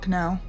now